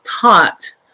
taught